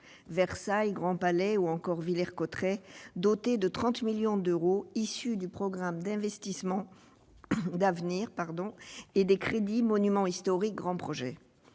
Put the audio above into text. Versailles, le Grand Palais, ou encore Villers-Cotterêts -, dotés de 30 millions d'euros, issus du programme d'investissements d'avenir et des crédits destinés aux monuments historiques, pour les grands projets.